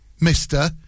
mister